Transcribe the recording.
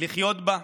לחיות בה?